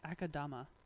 akadama